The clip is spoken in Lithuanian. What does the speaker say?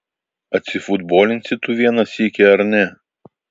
atsifutbolinsi tu vieną sykį ar ne